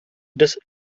des